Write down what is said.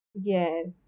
Yes